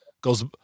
goes